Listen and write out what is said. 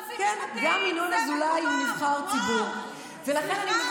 אנחנו נבחרי הציבור והם יועצים משפטיים.